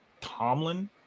Tomlin